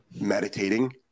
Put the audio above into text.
meditating